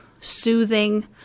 soothing